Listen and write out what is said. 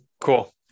Cool